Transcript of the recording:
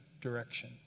direction